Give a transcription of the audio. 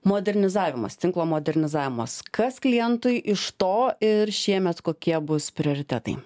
modernizavimas tinklo modernizavimas kas klientui iš to ir šiemet kokie bus prioritetai